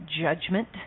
judgment